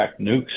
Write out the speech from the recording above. nukes